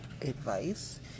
advice